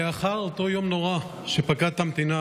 לאחר אותו יום נורא שפקד את המדינה,